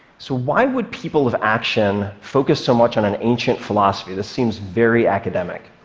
so why would people of action focus so much on an ancient philosophy? this seems very academic.